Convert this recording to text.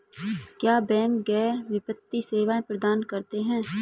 क्या बैंक गैर वित्तीय सेवाएं प्रदान करते हैं?